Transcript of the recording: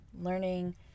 Learning